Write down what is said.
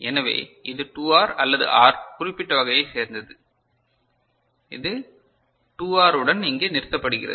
எனவே இது 2R அல்லது R குறிப்பிட்ட வகையை சேர்ந்தது இது 2R உடன் இங்கே நிறுத்தப்படுகிறது